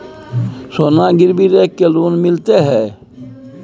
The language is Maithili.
सोना गिरवी रख के लोन मिलते है?